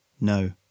No